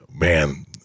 man